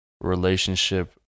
relationship